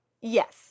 Yes